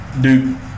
Duke